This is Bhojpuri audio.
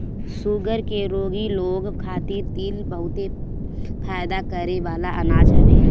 शुगर के रोगी लोग खातिर तिल बहुते फायदा करेवाला अनाज हवे